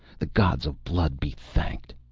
the gods of blood be thanked!